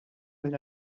minn